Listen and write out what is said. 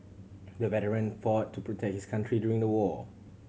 the veteran fought to protect his country during the war